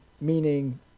meaning